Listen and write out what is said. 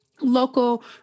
local